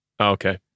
Okay